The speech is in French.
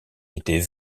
était